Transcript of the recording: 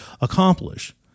accomplish